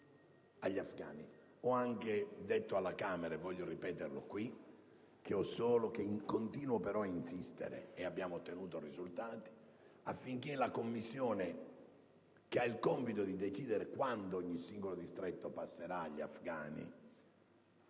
agli afgani. Ho riferito alla Camera, e voglio ripeterlo anche qui, che continuo ad insistere (ed abbiamo ottenuto risultati in tal senso) affinché la commissione che ha il compito di decidere quando ogni singolo distretto passerà agli afgani